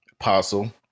apostle